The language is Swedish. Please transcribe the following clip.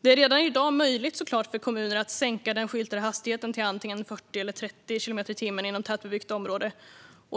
Det är såklart redan i dag möjligt för kommuner att sänka den skyltade hastigheten till 40 eller 30 kilometer i timmen inom tätbebyggt område.